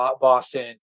Boston